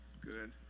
good